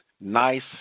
nice